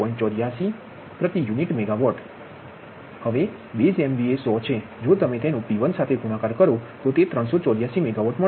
84 પ્રતિ unit megawatt મળશે હવે બેઝ એમવીએ 100 છે જો તમે તેનો P1 સાથે ગુણાકાર કરો તો તે 384 મેગાવોટ મળશે